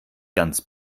ganz